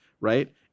right